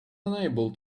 unable